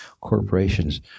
corporations